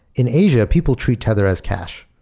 in asia, people treat tether as cash.